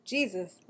Jesus